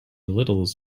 littles